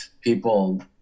people